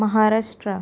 Maharashtra